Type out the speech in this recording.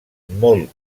molt